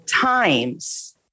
times